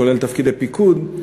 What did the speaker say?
כולל תפקידי פיקוד,